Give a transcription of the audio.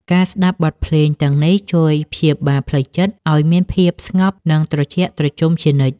ការស្ដាប់បទភ្លេងទាំងនេះ ជួយព្យាបាលផ្លូវចិត្តឱ្យមានភាពស្ងប់ និងត្រជាក់ត្រជុំជានិច្ច។